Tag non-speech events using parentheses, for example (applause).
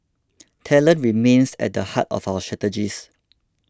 (noise) talent remains at the heart of our strategies